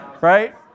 Right